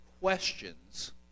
questions